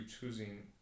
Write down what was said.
choosing